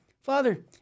Father